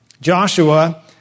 Joshua